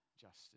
justice